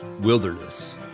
wilderness